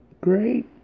Great